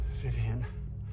Vivian